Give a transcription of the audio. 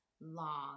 long